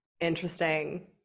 interesting